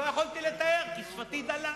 לא יכולתי לתאר כי שפתי דלה.